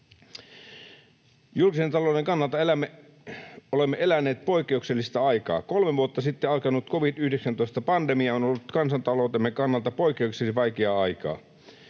Julkisen talouden kannalta olemme eläneet poikkeuksellista aikaa. Kolme vuotta sitten alkanut covid-19-pandemia on ollut kansantaloutemme kannalta poikkeuksellisen vaikeaa aikaa.